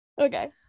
Okay